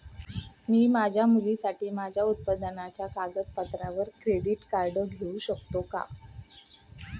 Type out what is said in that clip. मी माझ्या मुलासाठी माझ्या उत्पन्नाच्या कागदपत्रांवर क्रेडिट कार्ड घेऊ शकतो का?